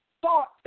thought